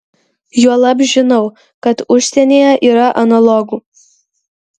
juolab žinau kad užsienyje yra analogų